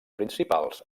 principals